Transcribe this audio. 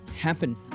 happen